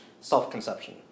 self-conception